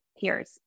peers